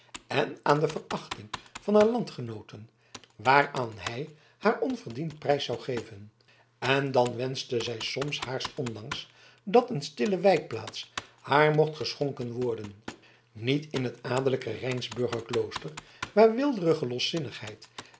en aan de verachting van haar landgenooten waaraan hij haar onverdiend prijs zou geven en dan wenschte zij soms haars ondanks dat een stille wijkplaats haar mocht geschonken worden niet in het adellijke rijnsburger klooster waar